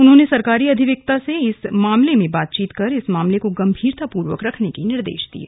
उन्होंने सरकारी अधिवक्ता से इस मामले में बातचीत कर इस मामले को गम्भीरतापूर्वक रखने के निर्देश दिये